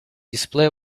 display